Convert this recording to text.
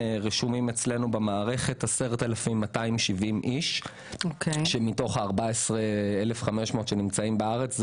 רשומים אצלנו במערכת 10,270 אנשים מתוך 14,500 שנמצאים בארץ.